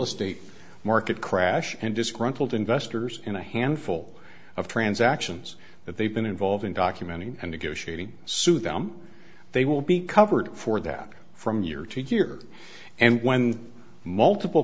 estate market crash and disgruntled investors in a handful of transactions that they've been involved in documenting a negotiating sue them they will be covered for that from year to year and when multiple